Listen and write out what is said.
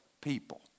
people